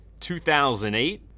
2008